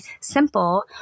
simple